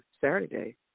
Saturday